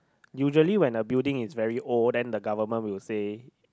usually when the building is very old then the government will say